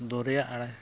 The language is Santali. ᱫᱚᱨᱭᱟ ᱟᱲᱮ